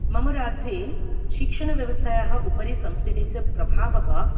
मम राज्ये शिक्षणव्यवस्थायाः उपरि संस्कृतस्य प्रभावः